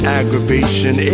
aggravation